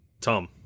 Tom